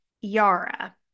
yara